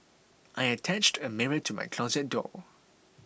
I attached a mirror to my closet door